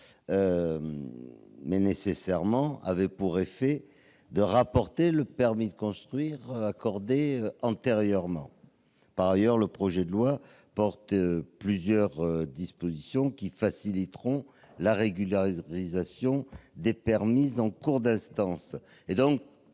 mais nécessairement, pour effet de rapporter le permis de construire accordé antérieurement. Par ailleurs, le projet de loi comporte plusieurs dispositions qui faciliteront la régularisation des permis en cours d'instance.